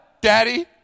Daddy